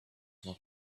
not